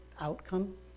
outcome